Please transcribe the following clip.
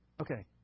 Okay